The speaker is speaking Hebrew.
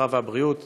הרווחה והבריאות